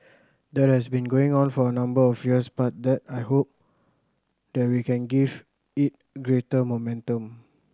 that has been going on for a number of years but that I hope that we can give it greater momentum